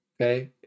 Okay